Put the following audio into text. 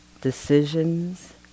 decisions